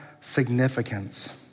significance